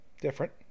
Different